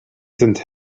sind